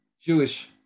Jewish